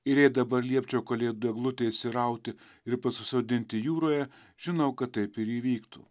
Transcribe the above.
ir jei dabar liepčiau kalėdų eglutę išsirauti ir pasisodinti jūroje žinau kad taip ir įvyktų